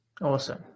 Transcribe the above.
Awesome